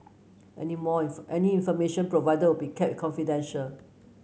any more any information provided will be kept confidential